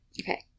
Okay